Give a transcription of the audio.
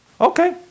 Okay